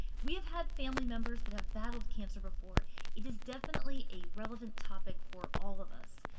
we have had family members that have battled cancer before it is definitely a relevant topic for all of us.